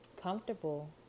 comfortable